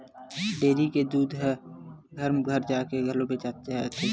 dairy के दूद ह घर घर म जाके घलो बेचे जाथे